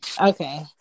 Okay